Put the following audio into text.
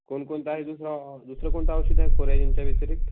कोणकोणता आहे दुसरा दुसरं कोणतं औषध आहे कोरॅजनच्या व्यतिरिक्त